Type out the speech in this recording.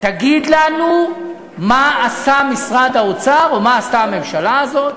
תגיד לנו מה עשה משרד האוצר ומה עשתה הממשלה הזו,